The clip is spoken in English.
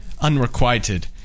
unrequited